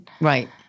Right